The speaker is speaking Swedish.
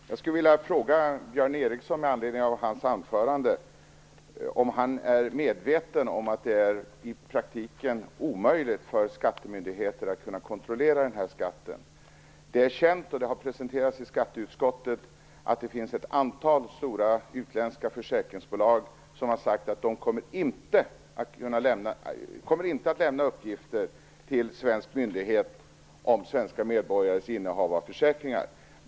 Fru talman! Jag skulle vilja fråga Björn Ericson med anledning av hans anförande om han är medveten om att det i praktiken är omöjligt för skattemyndigheterna att kunna kontrollera den här skatten. Det är känt, och det har presenterats i skatteutskottet, att det finns ett antal stora utländska försäkringsbolag som har sagt att de inte kommer lämna uppgifter till svenska myndigheter om svenska medborgares innehav av försäkringar.